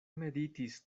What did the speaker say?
meditis